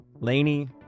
Laney